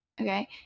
okay